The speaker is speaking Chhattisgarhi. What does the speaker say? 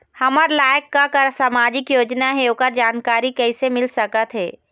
हमर लायक का का सामाजिक योजना हे, ओकर जानकारी कइसे मील सकत हे?